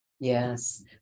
Yes